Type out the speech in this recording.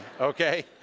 okay